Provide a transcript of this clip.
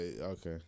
okay